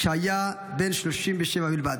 כשהיה בן 37 בלבד.